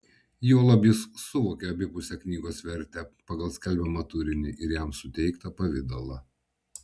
juolab jis suvokė abipusę knygos vertę pagal skelbiamą turinį ir jam suteiktą pavidalą